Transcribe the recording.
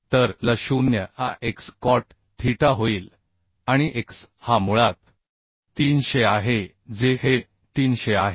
तर L0 हा x cot theta होईल आणि x हा मुळात 300 आहे जे हे 300 आहे